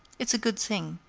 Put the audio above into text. it's a good thing.